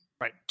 right